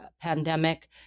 pandemic